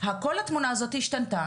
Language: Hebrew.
כל התמונה הזאת השתנתה.